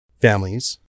families